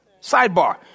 Sidebar